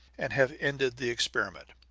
and have ended the experiment.